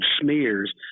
smears